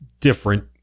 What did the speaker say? different